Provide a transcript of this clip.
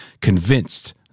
convinced